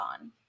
on